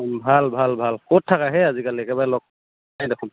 ভাল ভাল ভাল ক'ত থাকা হে আজিকালি একেবাৰে লগ নাই দেখোন